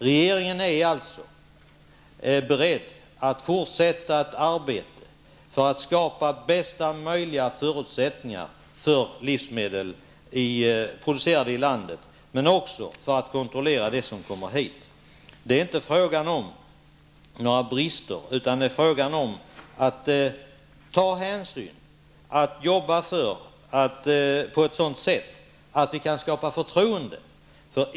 Regeringen är således beredd att fortsätta att arbeta för att skapa bästa möjliga förutsättningar för livsmedel som är producerade i landet men också för att kontrollera de livsmedel som kommer hit. Det är inte fråga om att komma till rätta med några brister, utan det är fråga om att ta hänsyn och att jobba för att skapa förtroende.